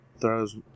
throws